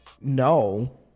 no